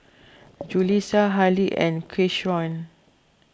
Julissa Hallie and Keyshawn